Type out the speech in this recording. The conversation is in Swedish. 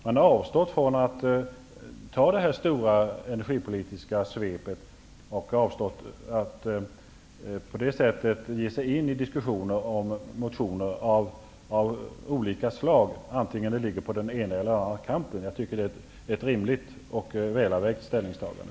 Man har avstått ifrån att ta det stora energipolitiska svepet och ge sig in i diskussion om motioner av olika slag, antingen de kommer från den ena eller andra kanten. Jag tycker att det är ett rimligt och välavvägt ställningstagande.